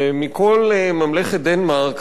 ומכל ממלכת דנמרק,